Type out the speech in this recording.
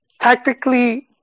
tactically